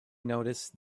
noticed